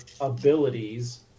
abilities